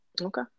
Okay